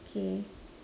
okay